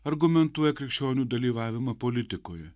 argumentuoja krikščionių dalyvavimą politikoje